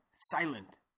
silent